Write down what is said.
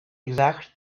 exact